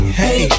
hey